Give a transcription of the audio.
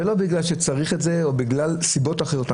ולא בגלל שצריך עושים את זה או בגלל סיבות אחרות.